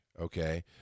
okay